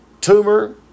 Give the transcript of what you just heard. tumor